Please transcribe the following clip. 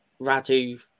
Radu